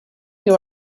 you